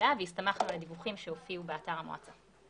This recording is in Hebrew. מלאה והסתמכנו על הדיווחים שהופיעו באתר המועצה.